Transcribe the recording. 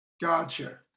Gotcha